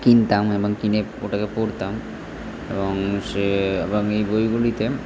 কিনতাম এবং কিনে ওটাকে পড়তাম এবং সে এবং বইগুলিতে